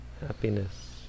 happiness